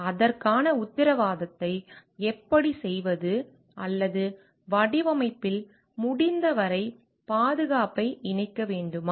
அதற்கான உத்தரவாதத்தை எப்படிச் செய்வது அல்லது வடிவமைப்பில் முடிந்தவரை பாதுகாப்பை இணைக்க வேண்டுமா